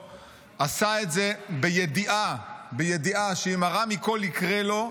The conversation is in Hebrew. עשה את זה בידיעה שאם הרע מכל יקרה לו,